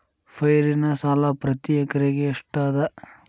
ಪೈರಿನ ಸಾಲಾ ಪ್ರತಿ ಎಕರೆಗೆ ಎಷ್ಟ ಅದ?